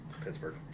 Pittsburgh